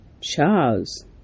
Charles